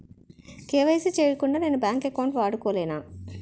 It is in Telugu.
కే.వై.సీ చేయకుండా నేను బ్యాంక్ అకౌంట్ వాడుకొలేన?